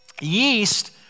yeast